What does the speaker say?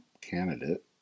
candidate